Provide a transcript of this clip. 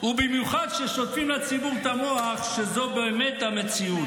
ובמיוחד כששוטפים לציבור את המוח שזו באמת המציאות.